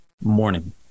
morning